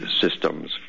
systems